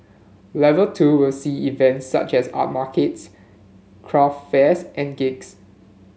level two will see events such as art markets craft fairs and gigs